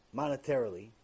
monetarily